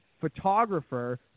photographer